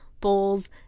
bowls